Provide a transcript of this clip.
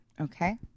Okay